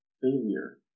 failure